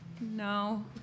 No